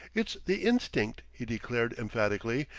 it's the instinct, he declared emphatically,